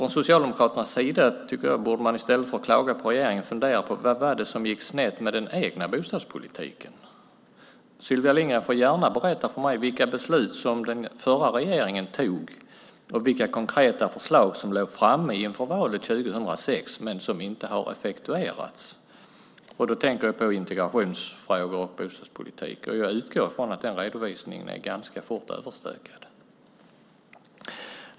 I stället för att klaga på regeringen borde Socialdemokraterna fundera på vad det var som gick snett med den egna bostadspolitiken. Sylvia Lindgren får gärna berätta för mig vilka beslut som den förra regeringen fattade och vilka konkreta förslag som låg framme inför valet 2006 men som inte har effektuerats. Då tänker jag på integrationsfrågor och bostadspolitik. Jag utgår från att den redovisningen är ganska fort överstökad.